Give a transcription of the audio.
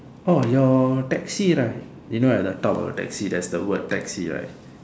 oh your taxi right you know at the top of the taxi there's the word taxi right